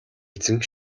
эзэн